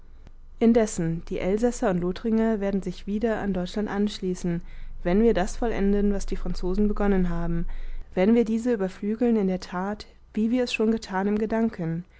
indessen die elsasser und lothringer werden sich wieder an deutschland anschließen wenn wir das vollenden was die franzosen begonnen haben wenn wir diese überflügeln in der tat wie wir es schon getan im gedanken